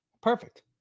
perfect